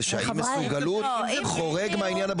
זה שהאי מסוגלות חורג מהעניין הבריאות.